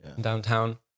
downtown